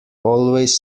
always